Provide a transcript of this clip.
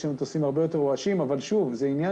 יש שם מטוסים יותר רועשים אבל זה עניין